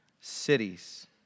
cities